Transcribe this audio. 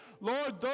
lord